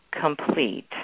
complete